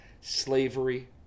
slavery